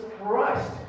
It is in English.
Christ